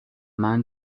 man